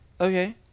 okay